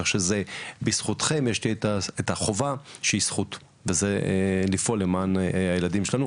כך שבזכותכם יש לי את החובה שהיא זכות וזה לפעול למען הילדים שלנו.